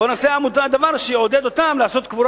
בוא נעשה דבר שיעודד אותם לעשות קבורה